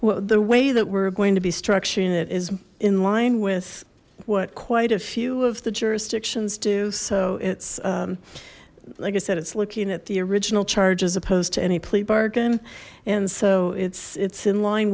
well the way that we're going to be structuring it is in line with what quite a few of the jurisdictions do so it's like i said it's looking at the original charge as opposed to any plea bargain and so it's it's in line